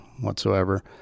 whatsoever